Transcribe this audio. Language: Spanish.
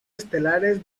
estelares